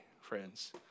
friends